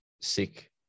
sick